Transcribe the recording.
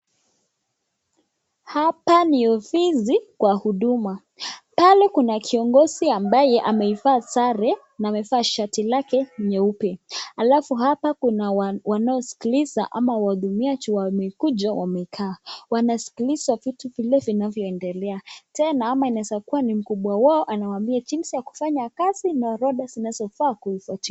Hapa ni ofisi kwa huduma, pale kuna kiongozi ambaye ameivaa sare na amevaa shati lake nyeupe, halafu hapa kuna wanaosikiliza ama wahudumiaji wamekuja wamekaa wanasikiliza vitu vile vinavyo endelea. Tena ama inaweza kuwa ni mkubwa wao anawaambia jinsi ya kufanya kazi na orodha zinazofaa kuifuatilia.